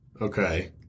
Okay